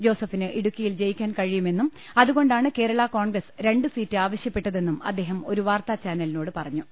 ജോസഫിന് ഇടുക്കിയിൽ ജയിക്കാൻ കഴിയുമെന്നും അതുകൊ ണ്ടാണ് കേരളാ കോൺഗ്രസ് രണ്ട് സീറ്റ് ആവശ്യപ്പെട്ടതെന്നും അദ്ദേഹം ഒരു വാർത്താ ചാനലിനോട് പറഞ്ഞു